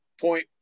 point